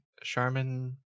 Charmin